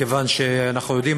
מכיוון שאנחנו יודעים,